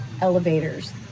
elevators